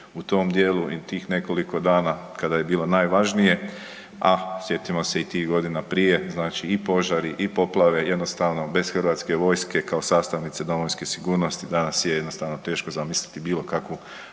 u tom dijelu i tih nekoliko dana kada je bilo najvažnije, a sjetimo se i tih godina prije, znači i požari i poplave, jednostavno bez HV-a kao sastavnice domovinske sigurnosti danas je jednostavno teško zamisliti bilo kakvu